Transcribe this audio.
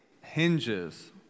hinges